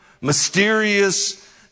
mysterious